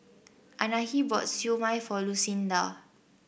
Anahi bought Siew Mai for Lucinda